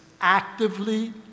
actively